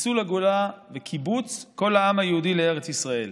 חיסול הגולה וקיבוץ כל העם היהודי בארץ ישראל,